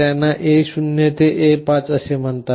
त्यांना A0 ते A5 असे म्हणतात